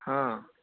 हां